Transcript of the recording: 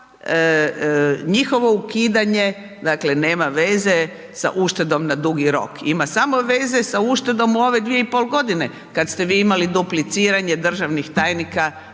Ali njihovo ukidanje, dakle, nema veze sa uštedom na dugi rok, ima samo veze sa uštedom u ove 2,5 g. kada ste vi imali dupliciranje državnih tajnika i